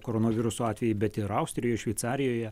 koronaviruso atvejai bet ir austrijoj šveicarijoje